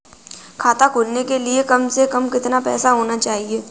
खाता खोलने के लिए कम से कम कितना पैसा होना चाहिए?